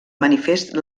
manifest